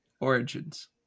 Origins